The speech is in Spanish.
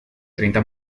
treinta